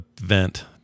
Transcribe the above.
vent